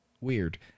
Weird